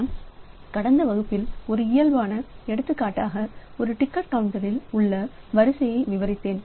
நான் கடந்து வகுப்பில் ஒரு இயல்பான எடுத்துக்காட்டாக ஒரு டிக்கெட் கவுண்டரில் உள்ள வரிசையை விவரித்தேன்